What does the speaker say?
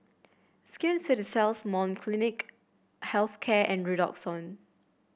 Skin Ceuticals Molnylcke Health Care and Redoxon